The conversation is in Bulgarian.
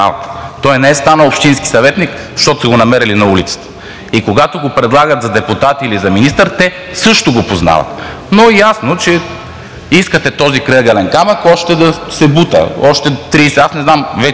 Той не е станал общински съветник, защото са го намерили на улицата. И когато го предлагат за депутат или за министър, те също го познават. Но ясно е, че искате този крайъгълен камък още да се бута. Аз не знам вече